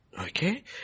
okay